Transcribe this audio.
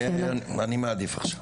אני מעדיף עכשיו.